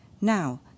Now